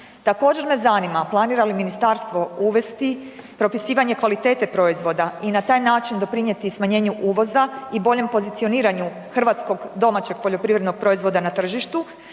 Također me zanima planira li ministarstvo uvesti propisivanje kvalitete proizvoda i na taj način doprinjeti smanjenju uvoza i boljem pozicioniranju hrvatskog domaćeg poljoprivrednog proizvoda na tržištu